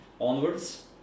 onwards